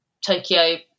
Tokyo